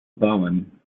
bowen